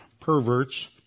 perverts